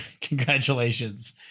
congratulations